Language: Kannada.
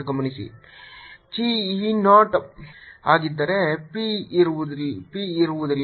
ಗಮನಿಸಿ chi e 0 ಆಗಿದ್ದರೆ p ಇರುವುದಿಲ್ಲ